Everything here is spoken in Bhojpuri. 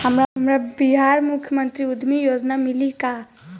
हमरा बिहार मुख्यमंत्री उद्यमी योजना मिली का?